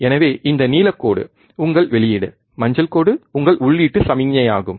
எனவே இந்த நீலக்கோடு உங்கள் வெளியீடு மஞ்சள் கோடு உங்கள் உள்ளீட்டு சமிக்ஞையாகும்